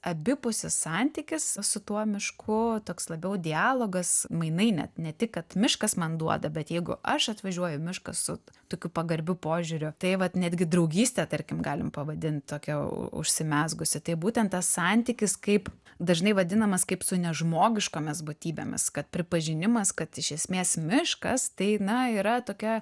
abipusis santykis su tuo mišku toks labiau dialogas mainai net ne tik kad miškas man duoda bet jeigu aš atvažiuoju į mišką su tokiu pagarbiu požiūriu tai vat netgi draugystė tarkim galim pavadint tokia užsimezgusi tai būtent tas santykis kaip dažnai vadinamas kaip su nežmogiškomis būtybėmis kad pripažinimas kad iš esmės miškas tai na yra tokia